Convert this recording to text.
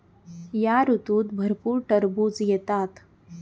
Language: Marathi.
या ऋतूत भरपूर टरबूज येतात